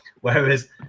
Whereas